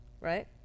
right